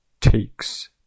takes